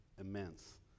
immense